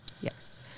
Yes